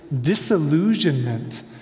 disillusionment